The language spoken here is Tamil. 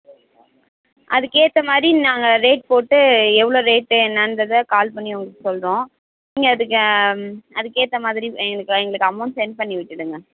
அதுக்கேற்ற மாதிரி நாங்கள் ரேட் போட்டு எவ்வளோ ரேட் என்னான்றதை கால் பண்ணி உங்களுக்கு சொல்கிறோம் நீங்கள் அதுக்கு அதுக்கேற்ற மாதிரி எங்களுக்கு எங்களுக்கு அமௌண்ட் செண்ட் பண்ணி விட்டுடுங்க